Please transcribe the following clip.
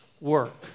work